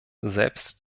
selbst